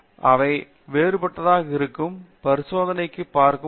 அவை வேறுபட்டதாக இருக்கும் பரிசோதனையைப் பார்க்கும் ஒரு வழி